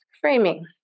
Framing